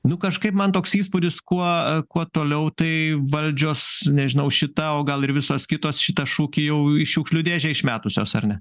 nu kažkaip man toks įspūdis kuo kuo toliau tai valdžios nežinau šita o gal ir visos kitos šitą šūkį jau į šiukšlių dėžę išmetusios ar ne